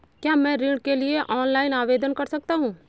क्या मैं ऋण के लिए ऑनलाइन आवेदन कर सकता हूँ?